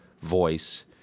voice